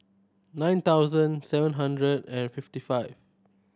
nine thousand seven hundred and fifty five